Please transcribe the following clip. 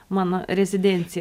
mano rezidencija